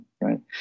right